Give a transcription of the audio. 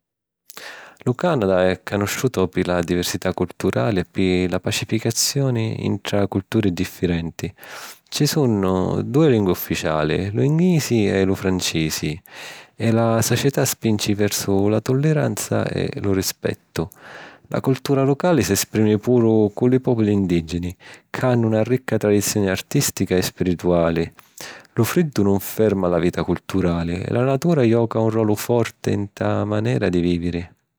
Lu Canada è canusciutu pi la diversità culturali e pi la pacificazioni ntra culturi diffirenti. Ci sunnu dui lingui ufficiali, lu nglisi e lu francisi, e la società spinci versu la tolleranza e lu rispettu. La cultura locali s’esprimi puru cu li pòpuli indìgeni ca hannu na ricca tradizioni artìstica e spirituali. Lu friddu nun ferma la vita culturali, e la natura joca un rolu forti ntâ manera di vìviri.